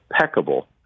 impeccable